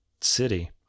city